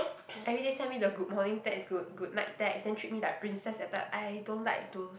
everyday send me the good morning text good goodnight text then treat me like princess that type I don't like those